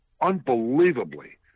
unbelievably